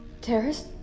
Terrace